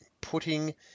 putting